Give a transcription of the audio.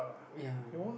ya